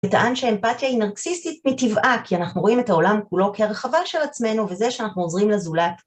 וטען שהאמפתיה היא נרקסיסטית מטבעה כי אנחנו רואים את העולם כולו כהרחבה של עצמנו וזה שאנחנו עוזרים לזולת